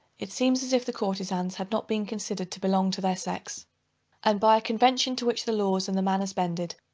it seems as if the courtezans had not been considered to belong to their sex and, by a convention to which the laws and the manners bended,